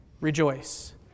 rejoice